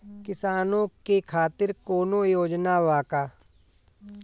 किसानों के खातिर कौनो योजना बा का?